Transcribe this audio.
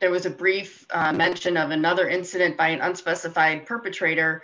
there was a brief mention of another incident by an unspecified perpetrator